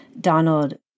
Donald